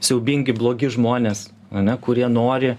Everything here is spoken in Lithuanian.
siaubingi blogi žmonės ane kurie nori